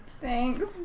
Thanks